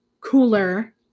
cooler